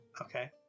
Okay